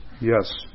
Yes